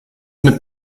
mit